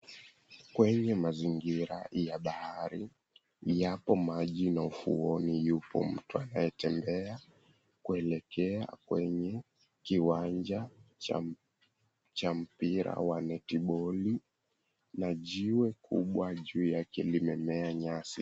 Kwenye mazingira ya bahari yapo maji na ufuoni yupo mtu anayetembea kuelekea kwenye kiwanja cha mpira wa netiboli, na jiwe kubwa juu yake limemea nyasi.